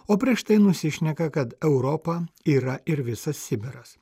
o prieš tai nusišneka kad europa yra ir visas sibiras